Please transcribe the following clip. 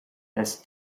has